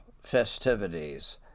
festivities